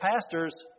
Pastors